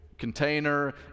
container